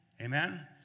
Amen